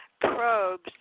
probes